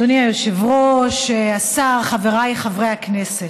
אדוני היושב-ראש, השר, חבריי חברי הכנסת,